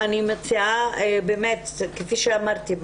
כפי שאמרתי,